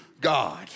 God